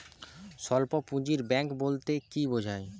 স্বল্প পুঁজির ব্যাঙ্ক বলতে কি বোঝায়?